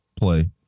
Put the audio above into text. play